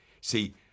see